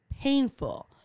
painful